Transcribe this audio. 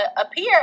appear